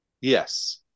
Yes